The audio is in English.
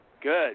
Good